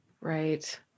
Right